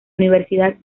universidad